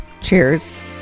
Cheers